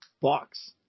box